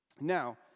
Now